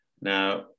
Now